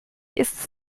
ist